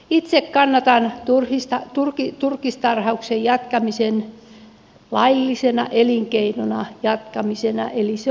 itse kannatan turkistarhauksen jatkamista laillisena elinkeinona eli se on välttämätöntä